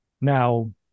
Now